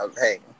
Hey